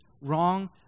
wrong